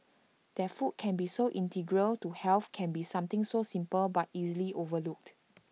that food can be so integral to health can be something so simple but easily overlooked